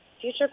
future